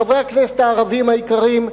חברי הכנסת הערבים היקרים,